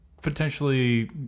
potentially